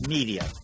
Media